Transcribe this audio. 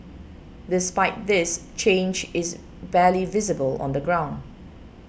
despite this change is barely visible on the ground